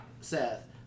Seth